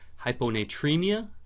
hyponatremia